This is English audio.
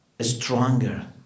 stronger